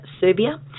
Serbia